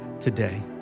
today